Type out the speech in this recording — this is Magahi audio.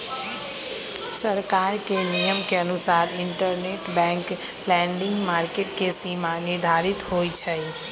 सरकार के नियम के अनुसार इंटरबैंक लैंडिंग मार्केट के सीमा निर्धारित होई छई